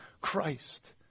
Christ